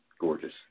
gorgeous